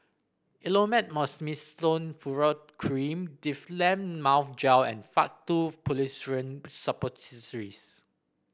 Elomet Mometasone Furoate Cream Difflam Mouth Gel and Faktu Policresulen Suppositories